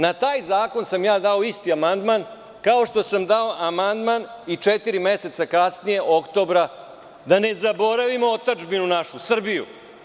Na taj zakon dao sam isti amandman, kao što sam dao amandman i četiri meseca kasnije, u oktobru, da ne zaboravimo našu otadžbinu Srbiju.